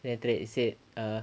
then after that he said err